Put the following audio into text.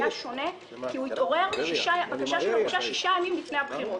העם היהודי תמיד יישאר רוב במדינת ישראל.